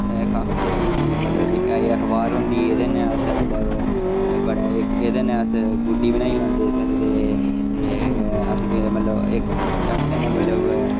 काकले ई मतलब जेह्का एह् अखबार होंदी एह्दे ने अस मतलब बड़ा ऐ एह्दे ने अस गुड्डी बनाई लैंदे सकदे अस मतलब जागतै कन्नै मतलब